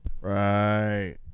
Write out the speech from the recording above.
Right